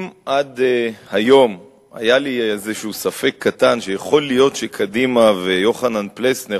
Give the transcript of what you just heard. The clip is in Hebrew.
אם עד היום היה לי איזה ספק קטן שיכול להיות שקדימה ויוחנן פלסנר,